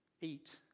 eat